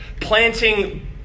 planting